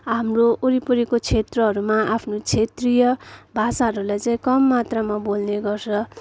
वरिपरिको क्षेत्रहरूमा आफ्नो क्षेत्रीय भाषाहरूले चाहिँ कम मात्रामा बोल्ने गर्छ